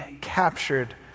captured